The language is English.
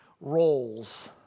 roles